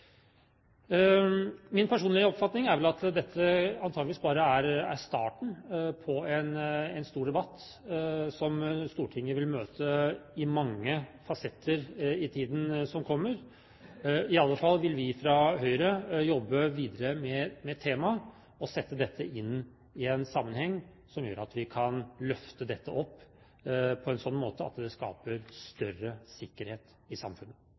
Min personlige oppfatning er vel at dette antageligvis bare er starten på en stor debatt som Stortinget vil møte i mange fasetter i tiden som kommer. I alle fall vil vi fra Høyres side jobbe videre med temaet og sette dette inn i en sammenheng som gjør at vi kan løfte dette opp på en slik måte at det skaper større sikkerhet i samfunnet.